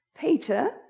Peter